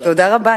תודה רבה.